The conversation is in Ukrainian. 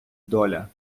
доля